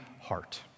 heart